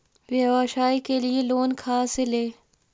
व्यवसाय के लिये लोन खा से ले?